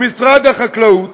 ומשרד החקלאות?